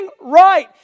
right